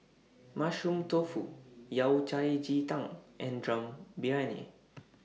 Mushroom Tofu Yao Cai Ji Tang and Dum Briyani